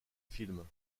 films